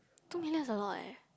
two million is a lot eh